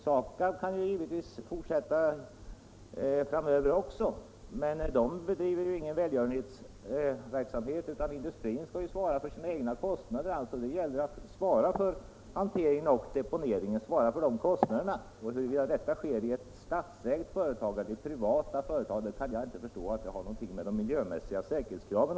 SAKAB skall givetvis fortsätta framöver också, men det bolaget bedriver ju ingen välgörenhetsverksamhet, utan industrin skall svara för sina egna kostnader. Då gäller det för den att betala för hanteringen och deponeringen. Huruvida det sker genom ett statsägt eller ett privat företag kan inte ha något att göra med de miljömässiga säkerhetskraven.